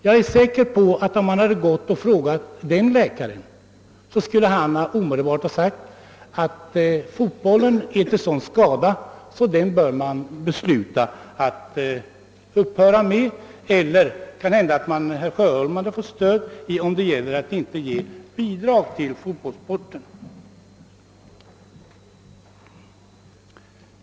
Jag är säker på att om man hade gått till läkaren och frågat så skulle denne omedelbart ha sagt, att fotbollen är till sådan skada, att man bör besluta upphöra med fotbollsspel. I så fall skulle kanske herr Sjöholm ha haft stöd för ett eventuellt krav att inte ge bidrag till fotbollssporten.